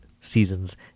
seasons